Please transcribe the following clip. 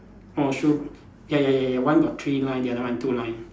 orh true ya ya ya ya one got three line the other one two line